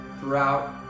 throughout